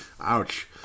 Ouch